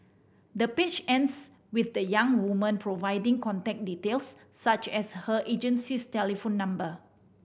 the page ends with the young woman providing contact details such as her agency's telephone number